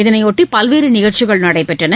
இதனையொட்டி பல்வேறு நிகழ்ச்சிகள் நடைபெற்றன